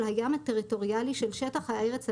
הים הטריטוריאלי של שטח הארץ הנדון,